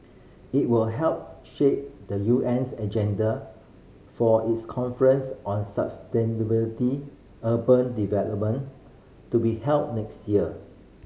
it will help shape the U N's agenda for its conference on sustainability urban development to be held next year